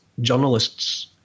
journalists